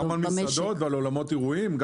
גם על מסעדות ואולמות אירועים.